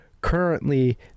currently